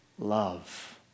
love